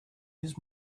his